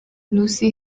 lucy